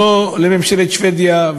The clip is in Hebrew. לממשלת שבדיה,